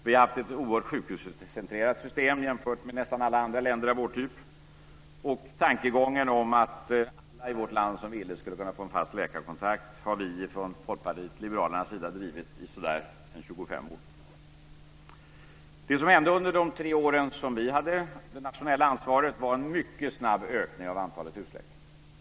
Vi har haft ett oerhört sjukhuscentrerat system jämfört med nästan alla andra länder av vår typ, och tankegången om att alla i vårt land som ville skulle kunna få en fast läkarkontakt har vi ifrån Folkpartiet liberalernas sida drivit i sådär 25 år. Det som hände under de tre år som vi hade det nationella ansvaret var en mycket snabb ökning av antalet husläkare.